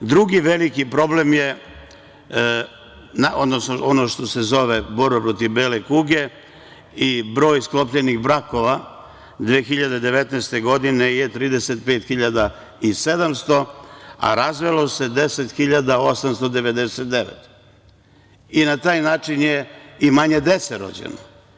Drugi veliki problem je ono što se zove borba protiv bele kuge i broj sklopljenih brakova 2019. godine je 35.700, a razvelo se 10.899 i na taj način je i manje dece rođeno.